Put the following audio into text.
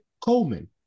Coleman